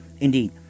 Indeed